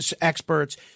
experts